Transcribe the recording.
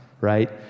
right